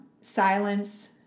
silence